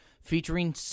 featuring